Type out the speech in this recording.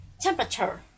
temperature